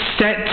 set